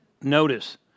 Notice